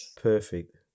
perfect